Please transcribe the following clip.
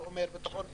זה אומר ביטחון אישי.